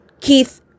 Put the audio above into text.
Keith